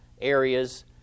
areas